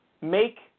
make